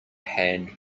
hand